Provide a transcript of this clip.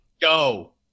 Go